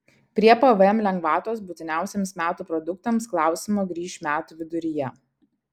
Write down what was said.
prie pvm lengvatos būtiniausiems metų produktams klausimo grįš metų viduryje